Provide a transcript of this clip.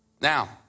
Now